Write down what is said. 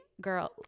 girl